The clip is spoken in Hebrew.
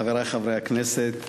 חברי חברי הכנסת,